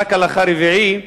פסק הלכה רביעי,